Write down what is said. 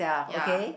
ya